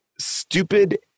stupid